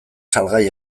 salgai